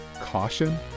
caution